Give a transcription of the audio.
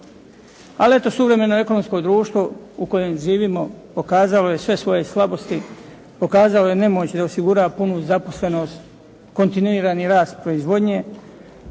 Ali suvremeno ekonomsko društvo u kojem živimo pokazalo je sve svoje slabosti, pokazalo je nemoć da osigura punu zaposlenost, kontinuirani rast proizvodnje,